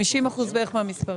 בערך 50% מהמספרים.